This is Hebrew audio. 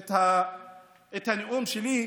את הנאום שלי.